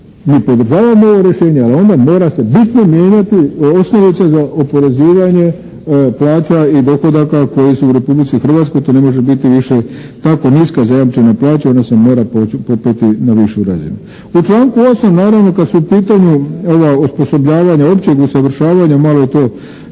mi podržavamo ovo rješenje, ali onda mora se bitno mijenjati osnovica za oporezivanje plaća i dohodaka koji su u Republici Hrvatskoj. to ne može biti više tako niska zajamčena plaća, ona se mora popeti na višu razinu. U članku 8. naravno kad su u pitanju ova osposobljavanja općeg usavršavanja, malo je to